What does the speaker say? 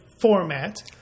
format